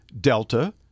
Delta